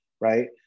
right